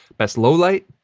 best low light?